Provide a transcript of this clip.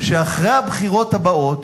שאחרי הבחירות הבאות,